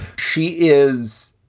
she is,